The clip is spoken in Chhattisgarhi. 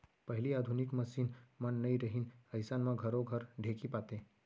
पहिली आधुनिक मसीन मन नइ रहिन अइसन म घरो घर ढेंकी पातें